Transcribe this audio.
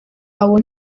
abo